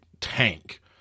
tank